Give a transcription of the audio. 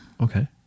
Okay